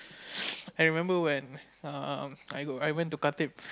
I remember when err I go I went to Khatib